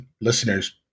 listeners